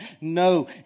No